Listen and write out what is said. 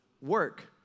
work